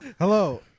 Hello